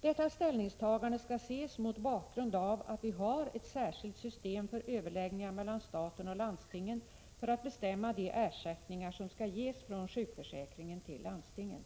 Detta ställningstagande skall ses mot bakgrund av att vi har ett särskilt system för överläggningar mellan staten och landstingen för att bestämmma de ersättningar som skall ges från sjukförsäkringen till landstingen.